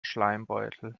schleimbeutel